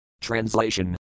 Translation